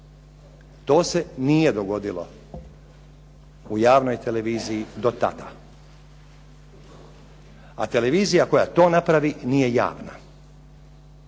To se nije dogodilo u javnoj televiziji do tada. A televizija koja to napravi nije javna.